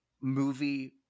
movie